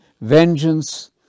Vengeance